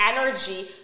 energy